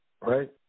right